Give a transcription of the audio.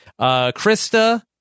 Krista